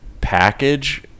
package